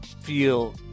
feel